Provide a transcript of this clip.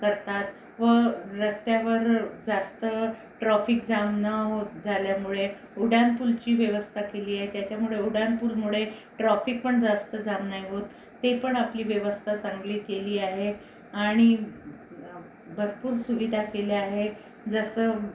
करतात व रस्त्यावर जास्त ट्रॉफिक जाम न झाल्यामुळे उड्डाण पुलाची व्यवस्था केली आहे त्याच्यामुळे उड्डाण पुलामुळे ट्रॉफिक पण जास्त जाम नाही होत ते पण आपली व्यवस्था चांगली केली आहे आणि भरपूर सुविधा केल्या आहे जसं